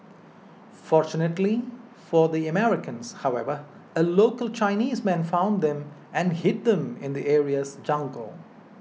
fortunately for the Americans however a local Chinese man found them and hid them in the area's jungle